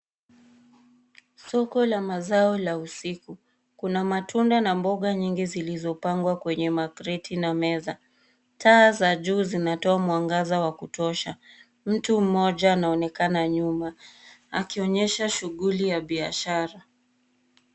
Soko la mazao la usiku. Kuna matunda na mboga nyingi zilizopangwa kwenye makreti na meza. Taa za juu zinatoa mwangaza wa kutosha. Mtu mmoja anaonekana nyuma akionyesha shughuli ya biashara.